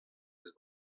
eus